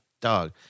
dog